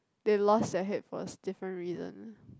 they lost their head for a s~ different reason